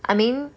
I mean